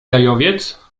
gajowiec